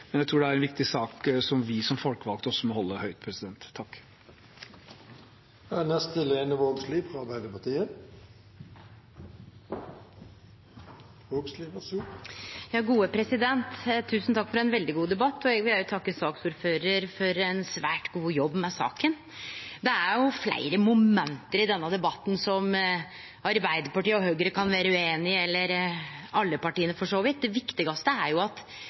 det er en viktig sak som vi som folkevalgte også må holde høyt. Tusen takk for ein veldig god debatt. Eg vil òg takke saksordføraren for ein svært god jobb med saka. Det er fleire moment i denne debatten der Arbeidarpartiet og Høgre kan vere ueinige, eller alle partia for så vidt. Det viktigaste er at